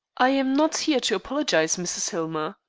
i am not here to apologize, mrs. hillmer.